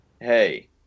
hey